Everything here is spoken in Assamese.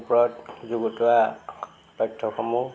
ওপৰত যুগুতোৱা তথ্য়সমূহ